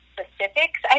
specifics